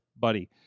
buddy